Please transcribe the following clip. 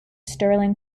sterling